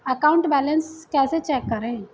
Account balance कैसे check करें?